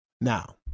Now